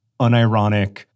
unironic